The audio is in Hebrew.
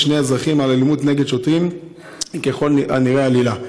שני אזרחים על אלימות נגד שוטרים הוא ככל הנראה עלילה.